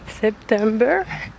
september